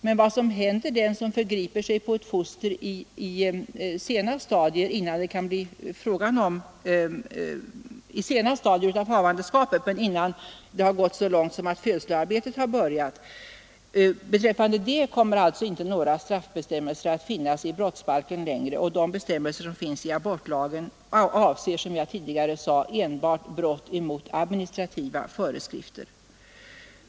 Men beträffande den som förgriper sig på ett foster i ett senare stadium av havandeskapet innan födsloarbetet har börjat kommer inte några bestämmelser att finnas i brottsbalken. Abortlagens bestämmelser avser, som jag tidigare sade, brott mot administrativa föreskrifter.